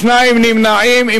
שני נמנעים.